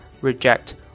reject